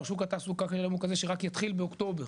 שוק התעסוקה הוא כזה שרק יתחיל באוקטובר